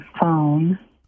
phone